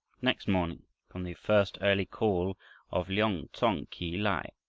next morning from the first early call of liong tsong khi lai,